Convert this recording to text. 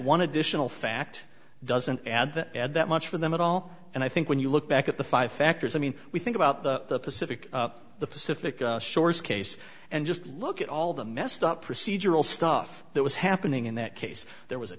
one additional fact doesn't add add that much for them at all and i think when you look back at the five factors i mean we think about the pacific the pacific shores case and just look at all the messed up procedural stuff that was happening in that case there was a